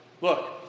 Look